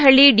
ಹಳ್ಳಿ ಡಿ